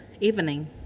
evening